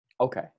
Okay